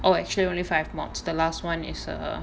oh actually only five modules the last [one] is a